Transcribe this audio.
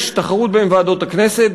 יש תחרות בין ועדות הכנסת,